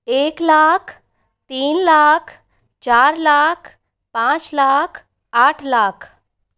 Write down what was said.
एक लाख तीन लाख चार लाख पाँच लाख आठ लाख